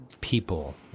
people